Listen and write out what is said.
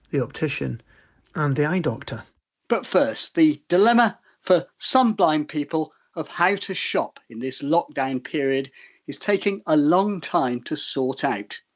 the optician and the eye doctor but first, the dilemma for some blind people of how to shop in this lockdown period is taking a long time to sort out.